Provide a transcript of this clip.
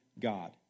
God